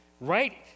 Right